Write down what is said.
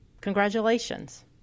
Congratulations